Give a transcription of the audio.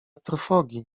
trwogi